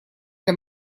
для